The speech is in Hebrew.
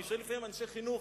אני שואל לפעמים אנשי חינוך